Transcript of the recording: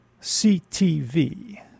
CTV